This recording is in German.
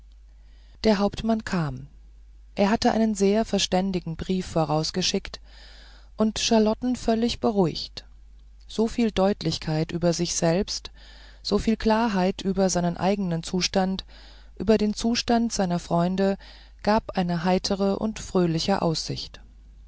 der hauptmann kam er hatte einen sehr verständigen brief vorausgeschickt der charlotten völlig beruhigte soviel deutlichkeit über sich selbst soviel klarheit über seinen eigenen zustand über den zustand seiner freunde gab eine heitere und fröhliche aussicht